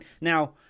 Now